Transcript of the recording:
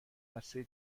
بسته